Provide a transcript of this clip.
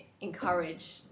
encourage